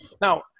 Now